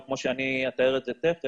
או כמו שאני אתאר את זה תכף,